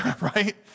Right